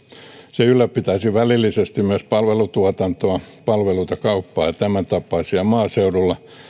se ylläpitäisi välillisesti myös palvelutuotantoa palveluita kauppaa ja tämäntapaisia maaseudulla